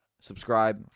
Subscribe